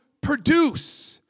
Produce